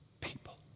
people